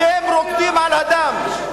אתם רוקדים על הדם.